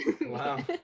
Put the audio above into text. Wow